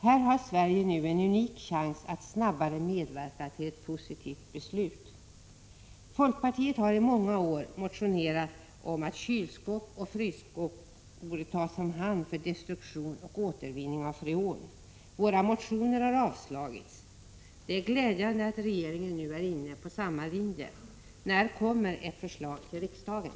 Här har Sverige en unik chans att medverka till ett positivt beslut. Folkpartiet har i många år motionerat om att kyloch frysskåp borde tas om hand för destruktion och återvinning av freon, men våra motioner har avslagits. Det är glädjande att regeringen nu är inne på samma linje. När kommer ett förslag till riksdagen?